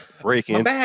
breaking